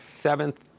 seventh